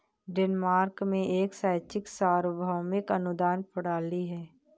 Denmark में एक शैक्षिक सार्वभौमिक अनुदान प्रणाली है